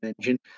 engine